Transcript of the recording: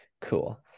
cool